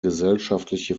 gesellschaftliche